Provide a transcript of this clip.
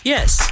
Yes